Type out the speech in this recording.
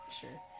sure